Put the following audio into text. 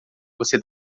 você